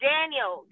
Daniel